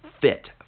fit